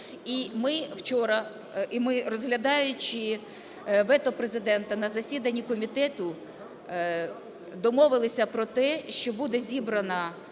І ми вчора… і ми, розглядаючи вето Президента на засіданні комітету, домовилися про те, що буде зібрана